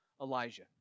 Elijah